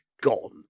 gone